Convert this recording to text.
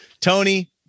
Tony